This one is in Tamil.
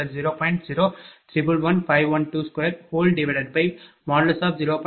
இதேபோல் QLoss1x×P2Q2| V|20